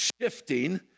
shifting